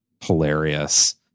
hilarious